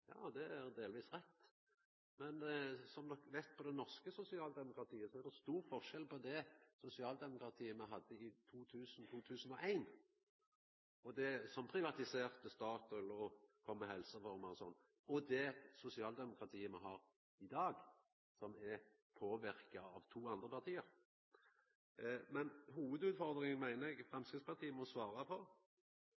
Ja, det er delvis rett, men som de veit, når det gjeld det norske sosialdemokratiet, er det stor forskjell på det sosialdemokratiet me hadde i 2000–2001, som privatiserte Statoil og kom med helsereformer osv., og det sosialdemokratiet me har i dag, som er påverka av to andre parti. Men hovudutfordringa meiner eg